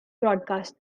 broadcast